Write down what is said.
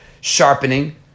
sharpening